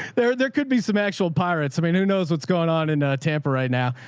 there, there could be some actual pirates. i mean, who knows what's going on in tampa right now?